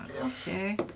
Okay